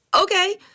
Okay